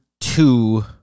two